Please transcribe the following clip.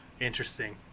interesting